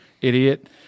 Idiot